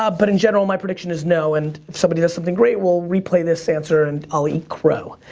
ah but, in general, my prediction is no. and if somebody does something great, we'll replay this answer, and i'll eat crow.